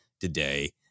today